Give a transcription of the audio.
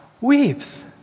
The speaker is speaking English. weeps